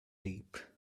deep